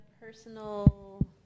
personal